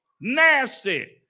nasty